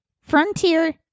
Frontier